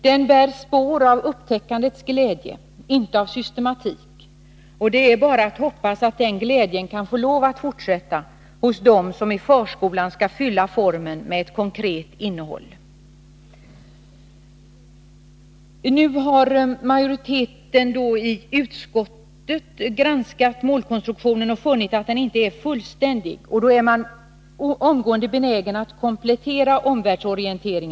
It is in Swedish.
Den bär spår av upptäckandets glädje, inte av systematik, och det är bara att hoppas att den glädjen kan få lov att fortsätta hos dem som i förskolan skall fylla ramen med ett konkret innehåll. Majoriteten i utskottet har nu granskat målkonstruktionen och funnit att den inte är fullständig. Man är då omgående benägen att komplettera ämnesområdet Omvärldsorientering.